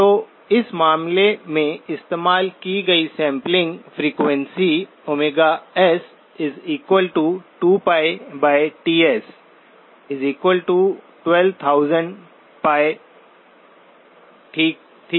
तो इस मामले में इस्तेमाल की गई सैंपलिंग फ्रीक्वेंसी S2πTs12000π ठीक थी